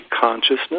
consciousness